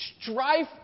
strife